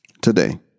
Today